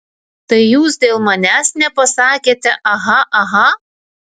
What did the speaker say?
tai jūs dėl manęs nepasakėte aha aha